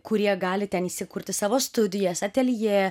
kurie gali ten įsikurti savo studijas ateljė